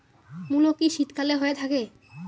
মূলো কি শীতকালে হয়ে থাকে?